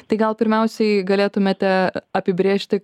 tai gal pirmiausiai galėtumėte apibrėžti